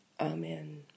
Amen